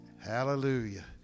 hallelujah